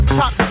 top